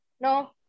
no